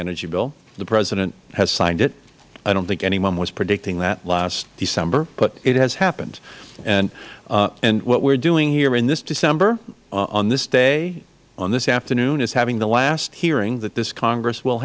energy bill the president has signed it i don't think anyone was predicting that last december but it has happened and what we are doing here in this december on this day on this afternoon is having the last hearing that this congress will